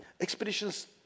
expeditions